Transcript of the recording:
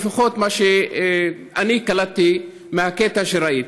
זה לפחות מה שאני קלטתי מהקטע שראיתי.